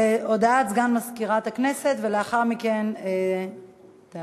הודעת סגן מזכירת הכנסת, ולאחר מכן תעלה,